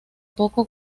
poco